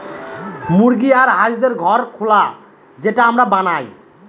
মুরগি আর হাঁসদের ঘর খোলা যেটা আমরা বানায়